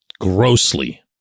grossly